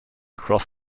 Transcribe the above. cross